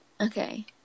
Okay